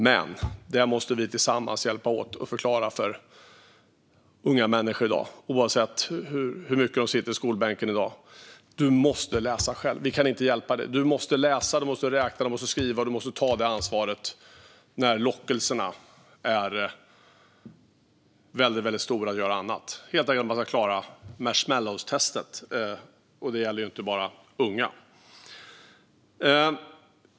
Men det måste vi tillsammans hjälpas åt att förklara för unga människor i dag. Oavsett hur mycket de sitter i skolbänken i dag måste de läsa själva. Vi kan inte hjälpa dem. De måste läsa, räkna och skriva och ta detta ansvar när lockelserna är väldigt stora att göra annat. De måste helt enkelt klara marshmallowtestet. Det gäller inte bara unga.